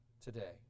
today